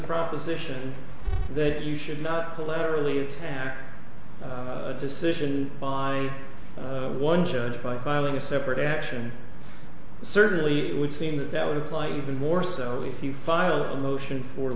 proposition that you should not collaterally attack a decision by one judge by filing a separate action certainly it would seem that that would apply even more so if you file a motion for